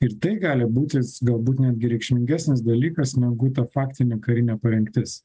ir tai gali būti galbūt netgi reikšmingesnis dalykas negu ta faktinė karinė parengtis